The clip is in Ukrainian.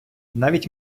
навіть